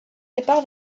départ